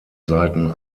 seiten